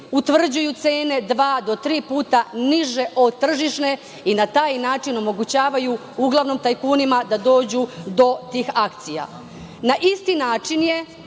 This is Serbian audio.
utvrđuju cene dva do tri puta niže od tržišne i na taj način omogućavaju uglavnom tajkunima da dođu do akcija. Na isti način je,